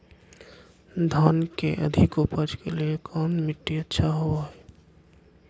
धान के अधिक उपज के लिऐ कौन मट्टी अच्छा होबो है?